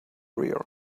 career